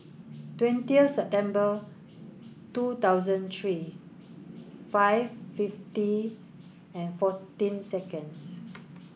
twenty of September two thousand three five fifty and fourteen seconds